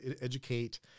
educate